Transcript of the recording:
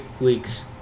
weeks